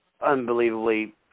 unbelievably